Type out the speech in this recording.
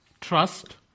trust